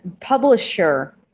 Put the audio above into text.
publisher